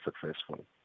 successful